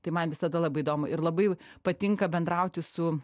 tai man visada labai įdomu ir labai patinka bendrauti su